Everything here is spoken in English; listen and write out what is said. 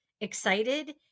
excited